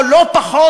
או לא פחות,